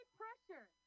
pressure